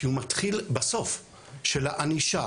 כי הוא מתחיל בסוף של הענישה,